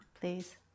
please